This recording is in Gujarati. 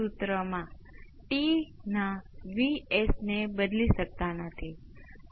હવે 1 જેવી કોઈપણ અચળ સર્કિટ માટે આપણી પાસે આ નેચરલ રિસ્પોન્સ સમય સાથે શૂન્ય થઈ જશે અને તમે માત્ર આંકડાકીય પ્રતિભાવ સાથે રહેશો બરાબર